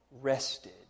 rested